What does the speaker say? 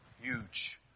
huge